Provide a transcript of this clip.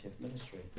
ministry